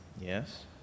Yes